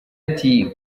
ati